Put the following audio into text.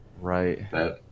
right